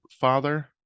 father